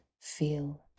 feel